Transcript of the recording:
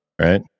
right